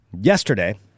yesterday